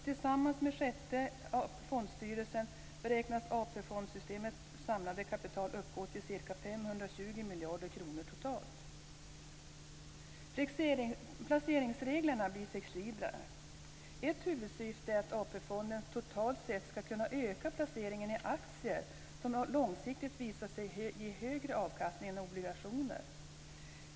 Tillsammans med sjätte fondstyrelsen beräknas AP-fondssystemets samlade kapital uppgå till ca 520 miljarder kronor totalt. Placeringsreglerna blir flexiblare. Ett huvudsyfte är att AP-fonden totalt sett ska kunna öka placeringarna i aktier, som långsiktigt visat sig ge en högre avkastning än obligationer.